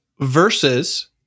versus